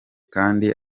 kandi